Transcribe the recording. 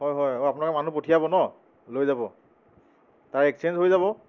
হয় হয় অ' আপোনালোকে মানুহ পঠিয়াব ন লৈ যাব তাৰ এক্সচেঞ্জ হৈ যাব